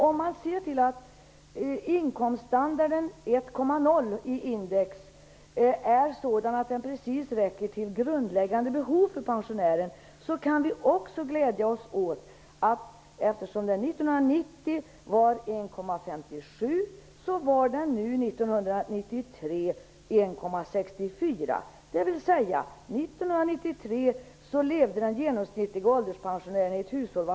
Om man ser till att inkomststandarden 1,0 i index är sådan att den precis räcker till grundläggande behov för pensionären, kan vi också glädja oss åt att index, som år 1990 var 1,57, nu år 1993 är 1,64.